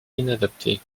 inadapté